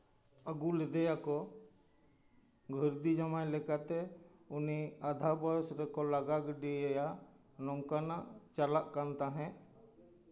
ᱟᱹᱜᱩ ᱞᱮᱫᱮᱭᱟᱠᱚ ᱜᱷᱟᱹᱨᱫᱤ ᱡᱟᱶᱟᱭ ᱞᱮᱠᱟᱛᱮ ᱩᱱᱤ ᱟᱫᱷᱟ ᱵᱚᱭᱮᱥ ᱨᱮᱠᱚ ᱞᱟᱜᱟ ᱜᱤᱰᱤᱭᱮᱭᱟ ᱱᱚᱝᱠᱟᱱᱟᱜ ᱪᱟᱞᱟᱜ ᱠᱟᱱ ᱛᱟᱦᱮᱸᱫ